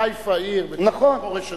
חיפה היא עיר בתוך החורש הטבעי,